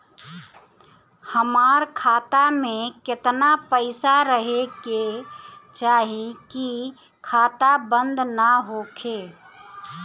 हमार खाता मे केतना पैसा रहे के चाहीं की खाता बंद ना होखे?